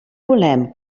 volem